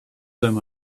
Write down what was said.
them